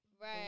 Right